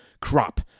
crop